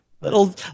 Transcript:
Little